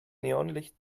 neonlicht